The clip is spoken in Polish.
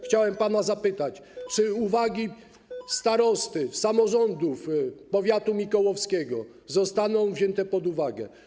Chciałem pana zapytać: Czy uwagi starosty i samorządów powiatu mikołowskiego zostaną wzięte pod uwagę?